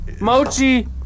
Mochi